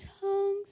tongues